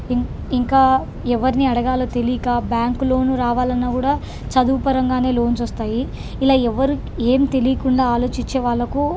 in ఇంకా ఎవరిని అడగాలో తెలియక బ్యాంక్ లోన్ రావాలన్నా కూడా చదువు పరంగానే లోన్స్ వస్తాయి ఇలా ఎవరూ ఏం తెలియకుండా ఆలోచించే వాళ్ళకు